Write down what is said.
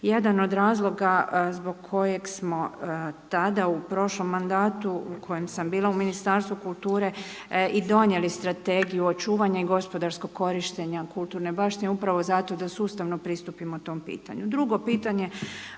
Jedan od razloga zbog kojeg smo tada u prošlom mandatu u kojem sam bila u Ministarstvu kulture i donijeli strategiju očuvanja i gospodarskog korištenja kulturne baštine upravo zato da sustavno pristupimo tom pitanju. Drugo pitanje o